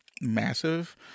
massive